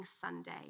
Sunday